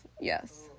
Yes